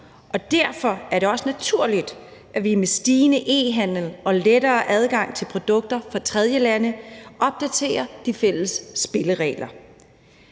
Derfor er det også naturligt, at vi med stigende e-handel og lettere adgang til produkter fra tredjelande opdaterer de fælles spilleregler.